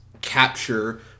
capture